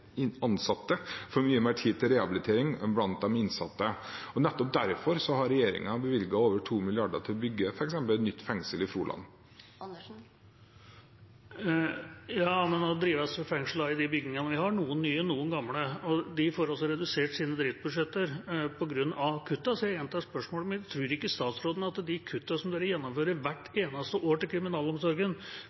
blant de innsatte. Nettopp derfor har regjeringen bevilget over 2 mrd. kr til å bygge f.eks. nytt fengsel i Froland. Ja, men nå drives det jo fengsler i de bygningene vi har, noen nye, noen gamle, og de får redusert sine driftsbudsjetter på grunn av kuttene. Så jeg gjentar spørsmålet mitt: Tror ikke statsråden at kuttene regjeringen gjennomfører hvert eneste år i kriminalomsorgen,